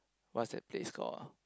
what's that place called ah